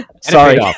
sorry